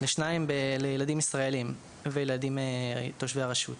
אני אחלק את התשובה שלי לשניים: ילדים ישראליים וילדים תושבי הרשות.